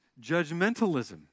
judgmentalism